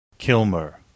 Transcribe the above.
Kilmer